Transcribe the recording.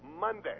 Monday